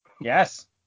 Yes